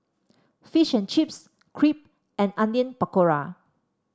Fish and Chips Crepe and Onion Pakora